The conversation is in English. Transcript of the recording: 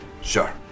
Sure